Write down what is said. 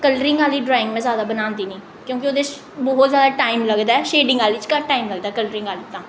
colouring आह्ली drawing में बनांदी निं क्योंकि ओह्दे च ब्हौत जैदा टाइम लगदा ऐ शेडिंग आह्ली च घट्ट टाइम लगदा ऐ कल्लरिंग आह्ली तां